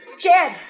Jed